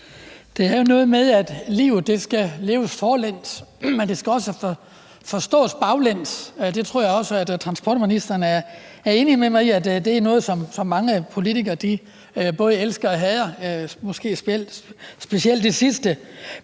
Det er jo noget med, at livet skal leves forlæns, men det skal forstås baglæns, og jeg tror transportministeren er enig med mig i, at det er noget, som mange politikere både elsker og hader, måske specielt det sidste.